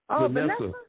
Vanessa